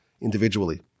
individually